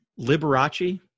Liberace